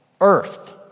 earth